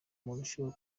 murusheho